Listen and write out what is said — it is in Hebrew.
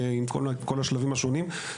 עם כל השלבים השונים.